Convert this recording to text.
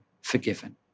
forgiven